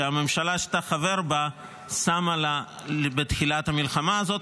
שהממשלה שאתה חבר בה שמה לה בתחילת המלחמה הזאת,